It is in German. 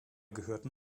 gehörten